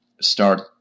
start